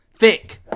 Thick